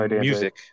Music